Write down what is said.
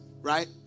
right